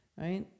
right